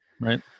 right